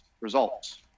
results